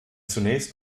zunächst